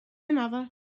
another